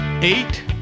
Eight